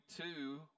two